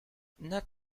not